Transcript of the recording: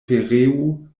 pereu